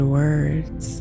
words